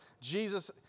Jesus